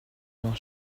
mains